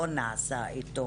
לא נעשה איתו